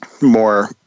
more